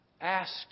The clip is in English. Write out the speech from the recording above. asked